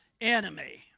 enemy